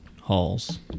Halls